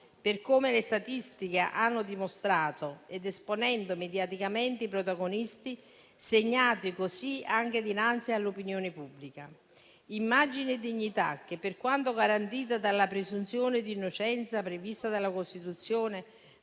per come le statistiche hanno dimostrato, ed esponendo mediaticamente i protagonisti, segnati così anche dinanzi all'opinione pubblica. Immagine e dignità che, per quanto garantite dalla presunzione di innocenza prevista dalla Costituzione,